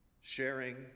sharing